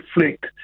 reflect